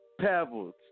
pebbles